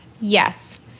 Yes